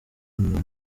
umuntu